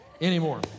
anymore